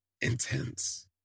intense